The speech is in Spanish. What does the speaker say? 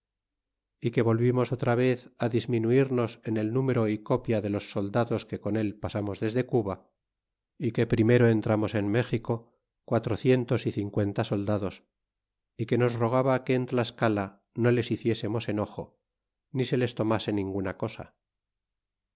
y que volvimos otra vez it disminuirnos en el número y copia de los soldados que con él pasamos desde cuba y que primero en iranios en méxico quatrocientos y cincuenta soldados y que nos rogaba que en tlascala no les hiciésemos enojo ni se les tornase ninguna cosa